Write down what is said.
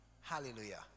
Hallelujah